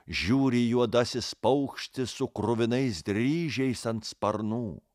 žiūri juodasis paukštis su kruvinais dryžiais ant sparnų